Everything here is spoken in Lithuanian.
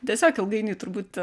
tiesiog ilgainiui turbūt